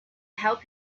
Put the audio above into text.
help